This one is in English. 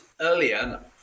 earlier